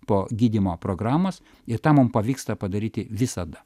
po gydymo programos ir tą mum pavyksta padaryti visada